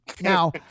Now